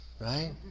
right